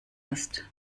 ist